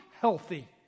healthy